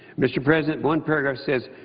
mr. president, one paragraph says,